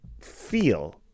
feel